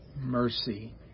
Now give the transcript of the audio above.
mercy